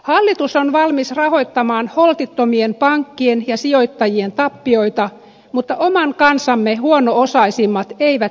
hallitus on valmis rahoittamaan holtittomien pankkien ja sijoittajien tappioita mutta oman kansamme huono osaisimmat eivät sitä kiinnosta